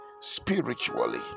spiritually